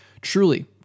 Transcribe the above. ...truly